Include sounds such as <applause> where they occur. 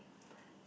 <noise>